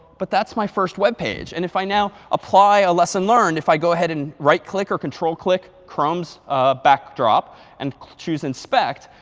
but that's my first web page. and if i now apply a lesson learned, if i go ahead and right click or control-click chrome's backdrop and choose inspect,